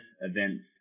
events